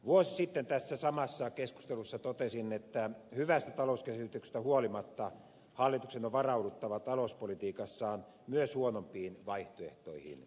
vuosi sitten vastaavassa keskustelussa totesin että hyvästä talouskehityksestä huolimatta hallituksen on varauduttava talouspolitiikassaan myös huonompiin vaihtoehtoihin